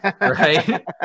right